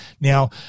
now